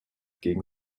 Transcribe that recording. gegen